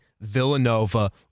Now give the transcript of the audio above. Villanova